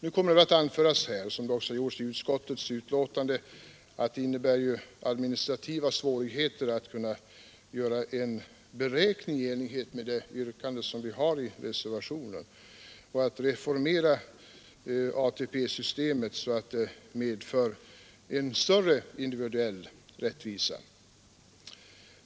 Nu kommer det väl här liksom i utskottet att anföras, att det innebär administrativa svårigheter att kunna göra en beräkning i enlighet med reservationens yrkande och att reformera ATP-systemet så att det medför en större individuell rättvisa.